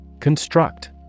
Construct